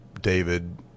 david